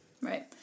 Right